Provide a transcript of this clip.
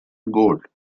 god